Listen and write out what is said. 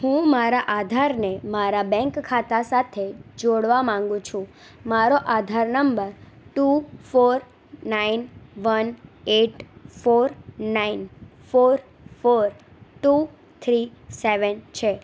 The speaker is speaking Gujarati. હું મારા આધારને મારા બેંક ખાતા સાથે જોડવા માગું છું મારો આધાર નંબર two four nine one eight four nine four four two three seven છે